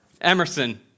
Emerson